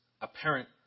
Apparent